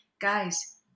Guys